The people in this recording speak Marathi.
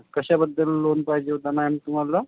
कशाबद्दल लोन पाहिजे होतं मॅम तुम्हाला